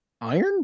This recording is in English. Iron